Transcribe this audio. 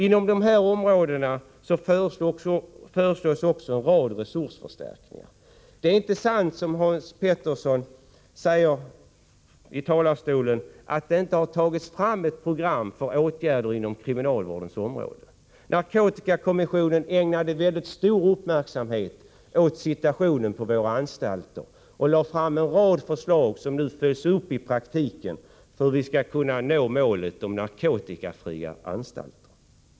Inom de här områdena föreslås även en rad resursförstärkningar. Det är inte sant, som Hans Petersson i Röstånga nyss sade i talarstolen, att det inte har utarbetats ett program för åtgärder inom kriminalvårdens område. Narkotikakommissionen ägnade mycket stor uppmärksamhet åt situationen på våra anstalter och lade fram en rad förslag, som nu följs upp i praktiken, till hur vi skall kunna nå målet narkotikafria anstalter.